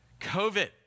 COVID